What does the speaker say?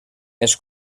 ens